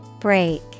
Break